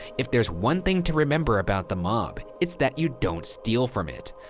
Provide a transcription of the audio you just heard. if there's one thing to remember about the mob, it's that you don't steal from it.